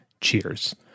Cheers